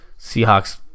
Seahawks